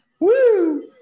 Woo